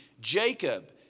Jacob